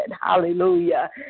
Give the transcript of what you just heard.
Hallelujah